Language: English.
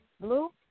Blue